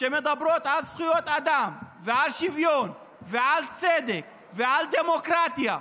שמדברות על זכויות אדם ועל שוויון ועל צדק ועל דמוקרטיה.